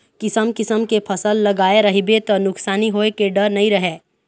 किसम किसम के फसल लगाए रहिबे त नुकसानी होए के डर नइ रहय